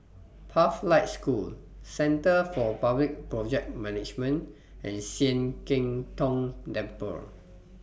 Pathlight School Centre For Public Project Management and Sian Keng Tong Temple